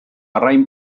arrain